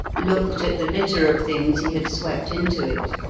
looked at the litter of things he had swept into it,